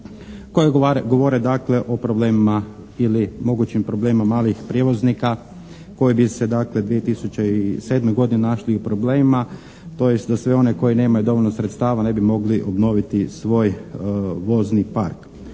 koje govore dakle o problemima ili mogućim problemima malih prijevoznika koji bi se dakle 2007. godine našli u problemima, tj. za sve one koji nemaju dovoljno sredstava ne bi mogli obnoviti svoj vozni park.